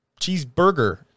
cheeseburger